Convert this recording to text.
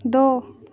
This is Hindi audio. दो